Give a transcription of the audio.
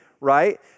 right